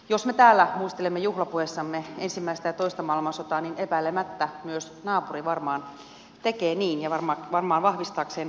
jos me täällä muistelemme juhlapuheissamme ensimmäistä ja toista maailmansotaa niin epäilemättä myös naapuri varmaan tekee niin ja varmaan vahvistaakseen kansakunnan tilaa